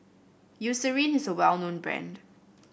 Eucerin is a well known brand